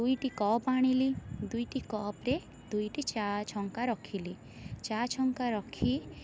ଦୁଇଟି କପ୍ ଆଣିଲି ଦୁଇଟି କପ୍ରେ ଦୁଇଟି ଚା' ଛଙ୍କା ରଖିଲି ଚା' ଛଙ୍କା ରଖି